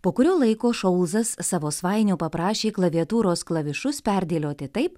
po kurio laiko šolzas savo svainio paprašė klaviatūros klavišus perdėlioti taip